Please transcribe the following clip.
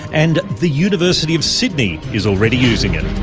and the university of sydney is already using it.